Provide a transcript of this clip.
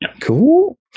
Cool